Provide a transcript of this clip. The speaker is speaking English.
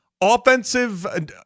Offensive